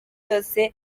yose